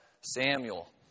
Samuel